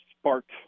sparked